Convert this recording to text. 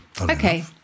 Okay